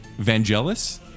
Vangelis